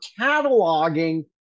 cataloging